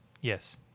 yes